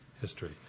history